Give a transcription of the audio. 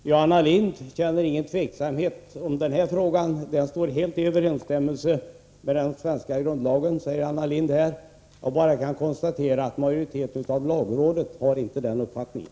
Herr talman! Anna Lindh känner ingen tveksamhet om den här frågan. Lagförslaget står helt i överensstämmelse med den svenska grundlagen, anser hon. Jag kan bara konstatera att majoriteten av lagrådet inte har den uppfattningen.